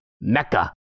mecca